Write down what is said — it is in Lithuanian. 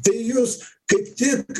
tai jūs kaip tik